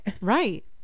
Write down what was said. Right